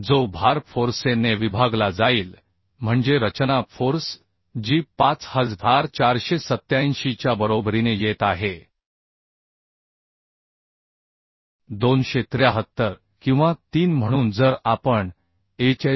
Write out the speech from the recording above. जो भार फोर्से ने विभागला जाईल म्हणजे रचना फोर्स जी 5487 च्या बरोबरीने येत आहे 273 किंवा 3 म्हणून जर आपण HSFG